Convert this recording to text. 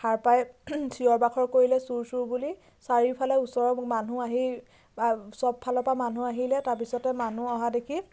সাৰ পাই চিঞৰ বাখৰ কৰিলে চুৰ চুৰ বুলি চাৰিওফালে ওচৰৰ মানুহ আহি আ সব ফালৰ পৰা মানুহ আহিলে তাৰপিছতে মানুহ অহা দেখি